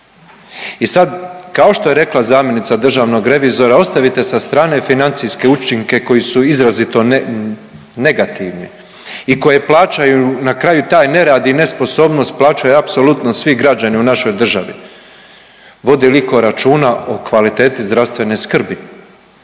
I sad kao što je rekla zamjenica državnog revizora ostavite sa strane financijske učinke koji su izrazito negativni i koje plaćaju na kraju taj nerad i nesposobnost plaćaju apsolutno svi građani u našoj državi. Vodi li itko računa o kvaliteti zdravstvene skrbi,